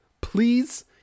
please